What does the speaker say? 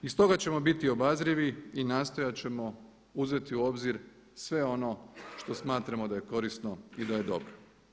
I stoga ćemo biti obazrivi i nastojati ćemo uzeti u obzir sve on što smatramo da je korisno i da je dobro.